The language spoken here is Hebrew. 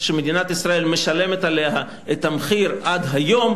שמדינת ישראל משלמת עליה את המחיר עד היום,